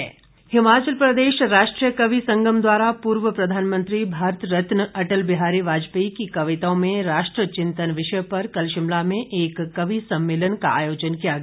कवि सम्मेलन हिमाचल प्रदेश राष्ट्रीय कवि संगम द्वारा पूर्व प्रधानमंत्री भारत रत्न अटल बिहारी वाजपेयी की कविताओं में राष्ट्र चिंतन विषय पर कल शिमला में एक कवि सम्मेलन का आयोजन किया गया